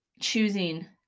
choosing